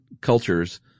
cultures